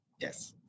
Yes